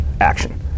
action